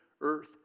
earth